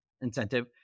incentive